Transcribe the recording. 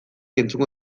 entzungo